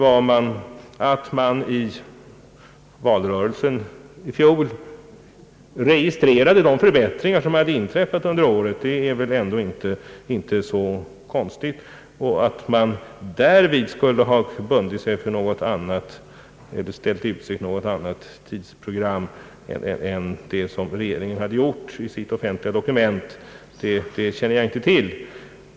Att man under valrörelsen i fjol registrerade de förbättringar, som hade inträffat under året, är väl ändå inte så konstigt, men att man därvid skulle ha ställt i utsikt något annat tidsprogram än det som regeringen gjorde i sitt offentliga dokument känner jag inte till.